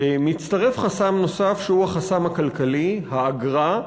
מצטרף חסם נוסף, שהוא החסם הכלכלי, האגרה,